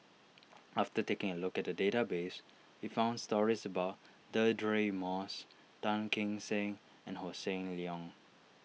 after taking a look at the database we found stories about Deirdre Moss Tan Kim Seng and Hossan Leong